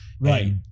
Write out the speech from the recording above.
Right